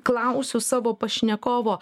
klausiu savo pašnekovo